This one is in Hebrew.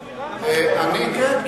כן,